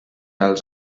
als